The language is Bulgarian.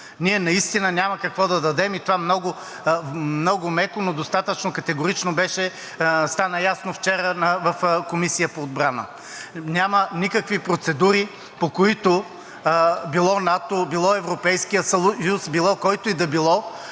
Ние наистина няма какво да дадем и това много меко, но достатъчно категорично стана ясно вчера в Комисията по отбрана. Няма никакви процедури, по които било НАТО, било Европейският съюз, било който и да било